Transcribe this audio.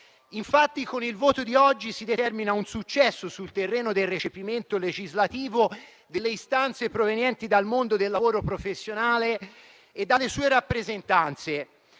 il voto odierno, infatti, si determina un successo sul terreno del recepimento legislativo delle istanze provenienti dal mondo del lavoro professionale e dalle sue rappresentanze.